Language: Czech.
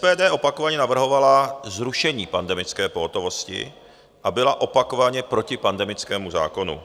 SPD opakovaně navrhovala zrušení pandemické pohotovosti a byla opakovaně proti pandemickému zákonu.